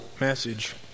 message